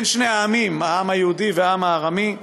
לשני העמים, העם היהודי והעם הארמי,